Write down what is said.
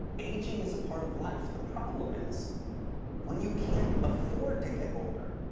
aging is a part of life. the problem is when you can't afford to get older.